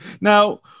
now